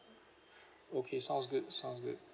okay sounds good sounds good